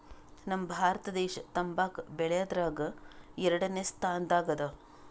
ನಮ್ ಭಾರತ ದೇಶ್ ತಂಬಾಕ್ ಬೆಳ್ಯಾದ್ರಗ್ ಎರಡನೇ ಸ್ತಾನದಾಗ್ ಅದಾ